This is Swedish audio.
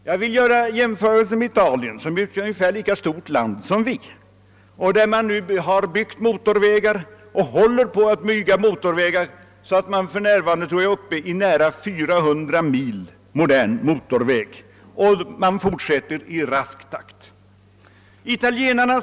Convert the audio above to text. Jag vill göra en jämförelse med Italien, som är ett ungefär lika stort land som Sverige och där man för närvarande har cirka 400 mil modern motorväg och i rask takt fortsätter utbyggnaden.